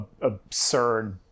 absurd